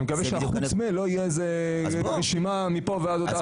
אני מקווה שחוץ מ- לא יהיה רשימה מפה ועד הודעה חדשה.